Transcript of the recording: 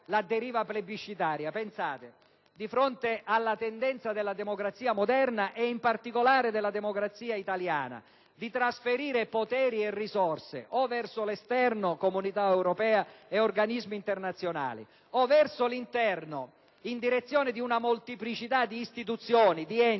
la deriva plebiscitaria. Di fronte alla tendenza della democrazia moderna e in particolare della democrazia italiana di trasferire poteri e risorse o verso l'esterno (Comunità europea e organismi internazionali) o verso l'interno, in direzione di una molteplicità di istituzioni, di enti, di luoghi e